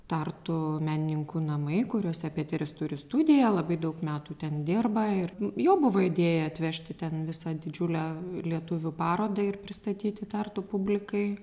tartu menininkų namai kuriuose pėteris turi studiją labai daug metų ten dirba ir jo buvo idėja atvežti ten visą didžiulę lietuvių parodą ir pristatyti tartu publikai